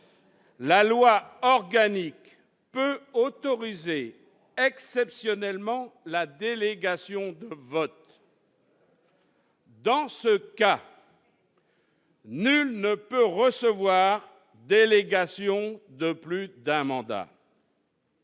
La loi organique peut autoriser exceptionnellement la délégation de vote. Dans ce cas, nul ne peut recevoir délégation de plus d'un mandat.